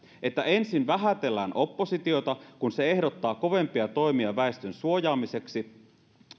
että ensin vähätellään oppositiota kun se ehdottaa kovempia toimia väestön suojaamiseksi